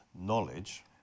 knowledge